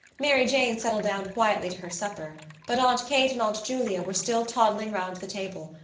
mary jane settled down quietly to her supper but aunt kate and aunt julia were still toddling round the table,